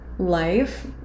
life